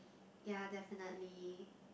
ya definitely